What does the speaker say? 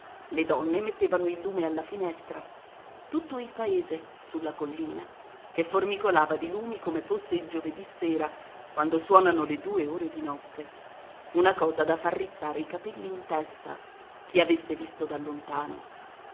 le donne mettevano il lume alla finestra tutto il paese sulla collina che formicolava di lumi come fosse il giovedì sera quando suonano le due ore di notte una cosa da far rizzare i capelli in testa chi avesse visto da lontano